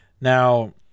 Now